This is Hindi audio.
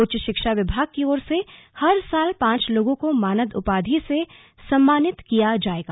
उच्च शिक्षा विभाग की ओर से हर साल पांच लोगों को मानद उपाधि से सम्मानित किया जाएगा